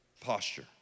posture